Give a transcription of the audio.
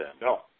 No